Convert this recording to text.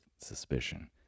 suspicion